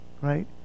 right